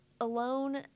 alone